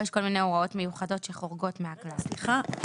סליחה,